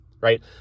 right